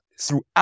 throughout